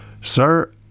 Sir